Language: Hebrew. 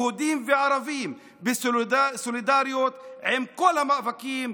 יהודים וערבים, בסולידריות עם כל המאבקים.